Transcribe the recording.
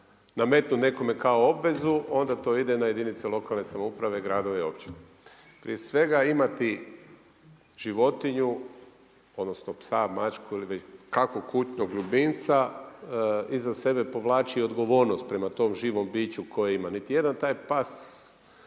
nametnu nekome kao obvezu onda to ide na jedinice lokalne samouprave, gradove i općine. Prije svega imati životinju odnosno psa, mačku ili već kakvog kućnog ljubimca iza sebe povlači odgovornost prema tom živom biću koje ima. Niti jedan taj pas